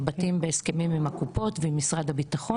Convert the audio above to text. בתים בהסכמים עם הקופות ועם משרד הביטחון.